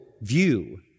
view